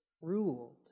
ruled